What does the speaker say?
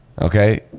okay